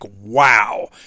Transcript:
wow